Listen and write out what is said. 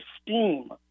esteem